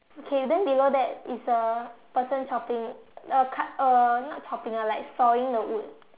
okay then below that is a person chopping uh cut uh not chopping ah like sawing the wood